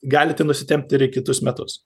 gali tai nusitempti ir į kitus metus